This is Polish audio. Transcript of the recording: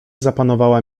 zapanowała